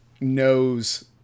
knows